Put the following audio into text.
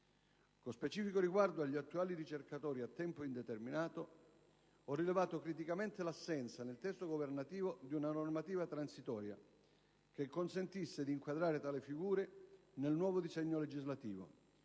Con specifico riguardo agli attuali ricercatori a tempo indeterminato, ho rilevato criticamente l'assenza nel testo governativo di una normativa transitoria che consentisse di inquadrare tali figure nel nuovo disegno legislativo,